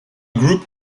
group